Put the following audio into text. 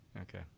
Okay